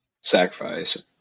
sacrifice